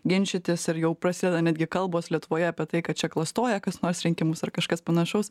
ginčytis ir jau prasideda netgi kalbos lietuvoje apie tai kad čia klastoja kas nors rinkimus ar kažkas panašaus